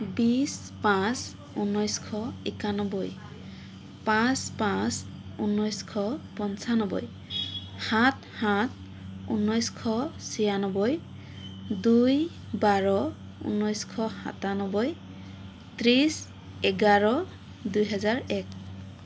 বিশ পাঁচ উন্নৈছশ একান্নব্বৈ পাঁচ পাঁচ উন্নৈছশ পঞ্চান্নব্বৈ সাত সাত ঊনৈছশ চিয়ান্নব্বৈ দুই বাৰ ঊনৈছশ সাতান্নব্বৈ ত্ৰিছ এঘাৰ দুহেজাৰ এক